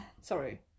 Sorry